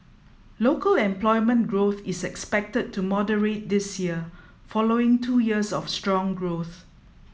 local employment growth is expected to moderate this year following two years of strong growth